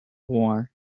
war